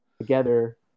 together